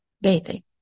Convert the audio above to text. bathing